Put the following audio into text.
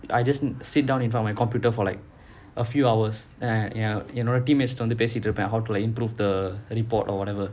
I just sit down in front of my computer for like a few hours you know you என்னோட:ennoda teammates கூட வந்து பேசிட்டு இருப்பேன்:kuda vanthu pesittu iruppaen how to improve the report or whatever